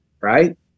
Right